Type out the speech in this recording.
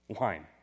Wine